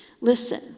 Listen